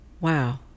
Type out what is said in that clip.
wow